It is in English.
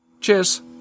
Cheers